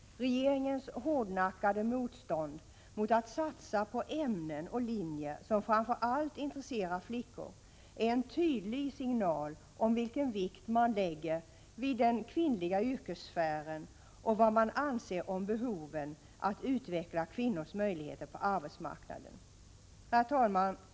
Regeringens hårdnackade motstånd mot att satsa på ämnen och linjer som framför allt intresserar flickor är en tydlig signal om vilken vikt regeringen lägger vid den kvinnliga yrkessfären och vad den anser om behovet av att utveckla kvinnors möjligheter på arbetsmarknaden. Herr talman!